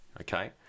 Okay